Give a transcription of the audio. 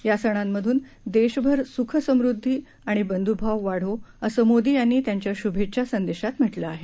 या सणांमधून देशभर सुख समृद्धी आणि बंधूभाव वाढो असं मोदी यांनी त्यांच्या शुभेच्छा संदेशात म्हटलं आहे